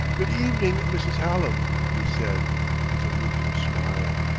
good evening, mrs. hallam, he said with a rueful smile.